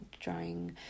drawing